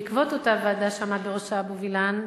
בעקבות אותה ועדה שעמד בראשה אבו וילן,